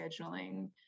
scheduling